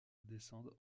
descendent